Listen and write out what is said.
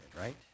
right